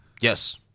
yes